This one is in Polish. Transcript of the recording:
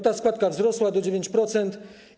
Ta składka wzrosła do 9%.